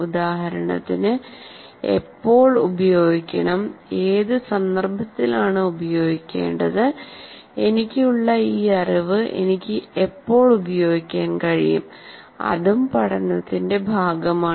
ഉദാഹരണത്തിന് എപ്പോൾ ഉപയോഗിക്കണം ഏത് സന്ദർഭത്തിലാണ് ഉപയോഗിക്കേണ്ടത് എനിക്ക് ഉള്ള ഈ അറിവ് എനിക്ക് എപ്പോൾ ഉപയോഗിക്കാൻ കഴിയും അതും പഠനത്തിന്റെ ഭാഗമാണ്